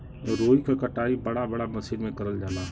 रुई क कटाई बड़ा बड़ा मसीन में करल जाला